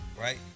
right